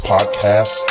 Podcast